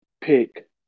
pick